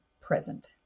present